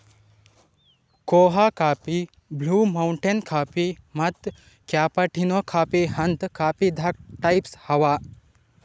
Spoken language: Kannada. ಕೋಆ ಕಾಫಿ, ಬ್ಲೂ ಮೌಂಟೇನ್ ಕಾಫೀ ಮತ್ತ್ ಕ್ಯಾಪಾಟಿನೊ ಕಾಫೀ ಅಂತ್ ಕಾಫೀದಾಗ್ ಟೈಪ್ಸ್ ಅವಾ